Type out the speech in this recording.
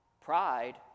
Pride